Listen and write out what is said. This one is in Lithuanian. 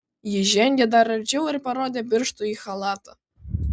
ji žengė dar arčiau ir parodė pirštu į chalatą